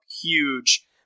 huge